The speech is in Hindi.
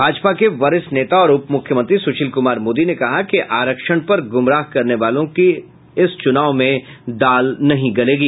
भाजपा के वरिष्ठ नेता और उप मुख्यमंत्री सुशील कुमार मोदी ने कहा कि आरक्षण पर गुमराह करने वालों की इस चुनाव में दाल नहीं गलेगी